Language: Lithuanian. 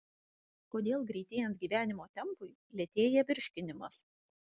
kodėl greitėjant gyvenimo tempui lėtėja virškinimas